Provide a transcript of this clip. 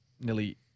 nearly